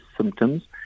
symptoms